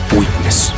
weakness